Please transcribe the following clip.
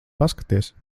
paskaties